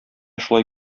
шулай